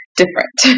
different